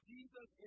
Jesus